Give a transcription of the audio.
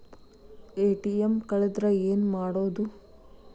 ATM ಕಳದ್ರ ಏನು ಮಾಡೋದು?